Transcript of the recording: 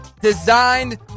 designed